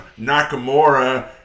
Nakamura